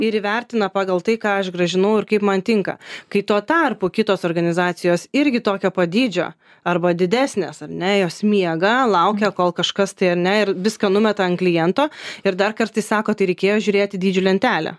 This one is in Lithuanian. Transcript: ir įvertina pagal tai ką aš grąžinau ir kaip man tinka kai tuo tarpu kitos organizacijos irgi tokio pat dydžio arba didesnės ar ne jos miega laukia kol kažkas tai ar ne ir viską numeta ant kliento ir dar kartais sako tai reikėjo žiūrėti dydžių lentelę